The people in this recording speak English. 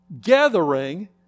gathering